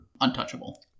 untouchable